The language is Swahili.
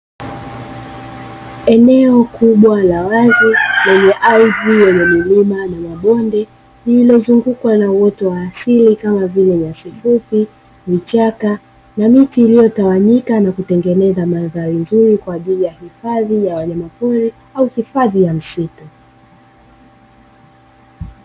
Eneo kubwa la wazi lenye ardhi yenye milima na mabonde lililozungukwa na uoto wa asili, kama vile; nyasi fupi, vichaka na miti iliyotawanyika na kutengeneza mandhari nzuri, kwa ajili ya hifadhi ya wanyama pori au hifadhi ya msitu.